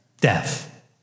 Death